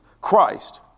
Christ